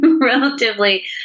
relatively